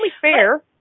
fair